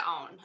own